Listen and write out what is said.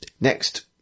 Next